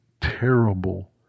terrible